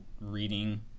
reading